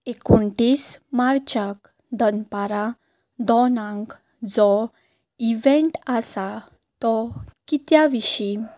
एकुणतीस मार्चाक दनपारा दोनांक जो इव्हेंट आसा तो कित्या विशीं